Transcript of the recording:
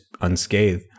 unscathed